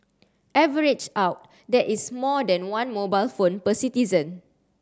averaged out that is more than one mobile phone per citizen